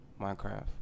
Minecraft